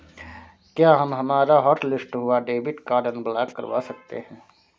क्या हम हमारा हॉटलिस्ट हुआ डेबिट कार्ड अनब्लॉक करवा सकते हैं?